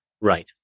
right